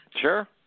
Sure